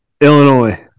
Illinois